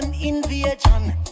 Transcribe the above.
invasion